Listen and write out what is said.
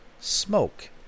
smoke